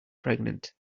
pregnant